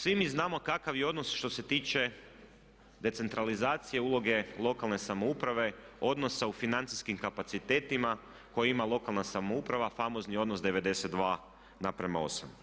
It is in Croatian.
Svi mi znamo kakav je odnos što se tiče decentralizacije uloge lokalne samouprave, odnosa u financijskim kapacitetima koje ima lokalna samouprava, famozni odnos 92:8.